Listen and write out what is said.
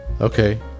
Okay